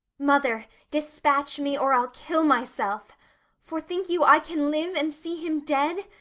mother, despatch me, or i'll kill myself for think you i can live and see him dead?